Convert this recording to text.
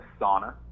sauna